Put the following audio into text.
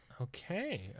Okay